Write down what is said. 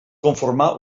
conformar